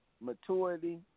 Maturity